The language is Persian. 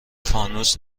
فانوس